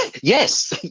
Yes